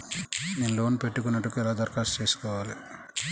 నేను లోన్ పెట్టుకొనుటకు ఎలా దరఖాస్తు చేసుకోవాలి?